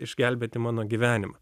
išgelbėti mano gyvenimą